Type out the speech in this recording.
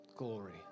glory